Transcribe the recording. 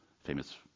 famous